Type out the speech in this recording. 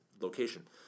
location